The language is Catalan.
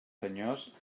senyors